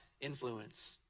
influence